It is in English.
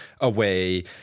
away